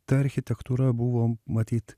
ta architektūra buvo matyt